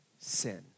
sin